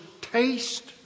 taste